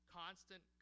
constant